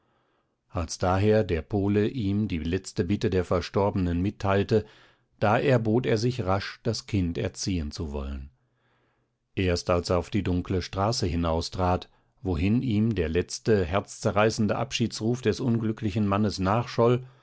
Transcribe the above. als daher der pole ihm die letzte bitte der verstorbenen mitteilte da erbot er sich rasch das kind erziehen zu wollen erst als er auf die dunkle straße hinaustrat wohin ihm der letzte herzzerreißende abschiedsruf des unglücklichen mannes